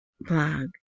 blog